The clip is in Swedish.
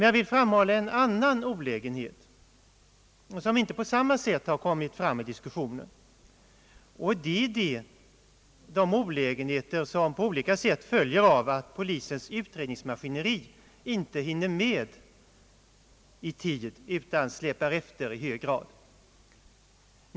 Jag vill framhålla andra olägenheter, som inte på samma sätt kommit fram i diskussionen, nämligen olägenheten som på olika sätt följer av att polisens utredningsmaskineri inte hinner med utan släpar efter i hög grad.